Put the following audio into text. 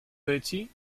bertie